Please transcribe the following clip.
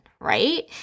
right